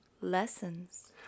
lessons